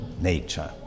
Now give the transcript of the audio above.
nature